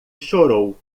chorou